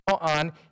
on